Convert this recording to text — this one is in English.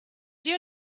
your